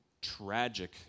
tragic